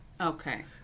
Okay